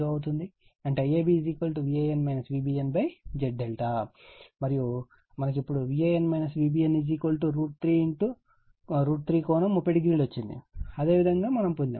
అంటే IABVan VbnZ మరియు మనకు ఇప్పుడు Van Vbn √ 3 ∠30o వచ్చింది అదే విధంగా మనం పొందుతాము